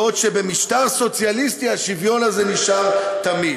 בעוד שבמשטר סוציאליסטי השוויון הזה נשאר תמיד.